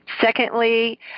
Secondly